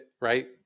right